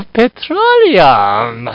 petroleum